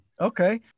okay